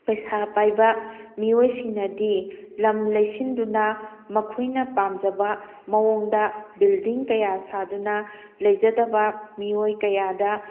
ꯄꯩꯁꯥ ꯄꯥꯏꯕ ꯃꯤꯑꯣꯏꯁꯤꯡꯅꯗꯤ ꯂꯝ ꯂꯩꯁꯤꯟꯗꯨꯅ ꯃꯈꯣꯏꯅ ꯄꯥꯝꯖꯕ ꯃꯑꯣꯡꯗ ꯕꯤꯜꯗꯤꯡ ꯀꯌꯥ ꯁꯥꯗꯨꯅ ꯂꯩꯖꯗꯕ ꯃꯤꯑꯣꯏ ꯀꯌꯥꯗ